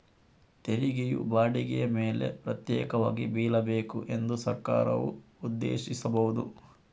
ತೆರಿಗೆಯು ಬಾಡಿಗೆಯ ಮೇಲೆ ಪ್ರತ್ಯೇಕವಾಗಿ ಬೀಳಬೇಕು ಎಂದು ಸರ್ಕಾರವು ಉದ್ದೇಶಿಸಬಹುದು